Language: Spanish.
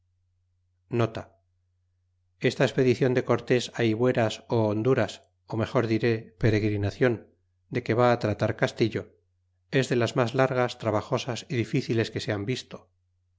camino esta espedicion de cortés hibueras ó honduras mejor diré peregrinacion de que va tratar castillo es de las mas largas trabajosas y dificiles que se han visto